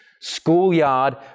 schoolyard